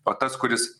o tas kuris